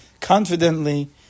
confidently